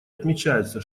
отмечается